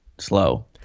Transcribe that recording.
slow